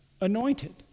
anointed